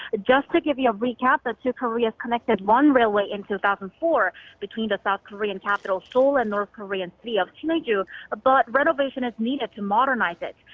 just to give you a recap, the two koreas connected one railway in two thousand and four between the south korean capital seoul and north korean city of sinuiju but renovation is needed to modernize it.